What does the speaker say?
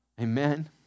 Amen